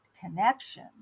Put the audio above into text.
connection